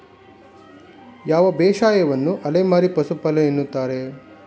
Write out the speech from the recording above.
ಯಾವ ಬೇಸಾಯವನ್ನು ಅಲೆಮಾರಿ ಪಶುಪಾಲನೆ ಎನ್ನುತ್ತಾರೆ?